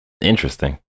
interesting